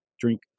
drink